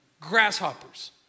Grasshoppers